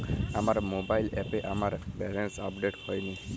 আমার মোবাইল অ্যাপে আমার ব্যালেন্স আপডেট হয়নি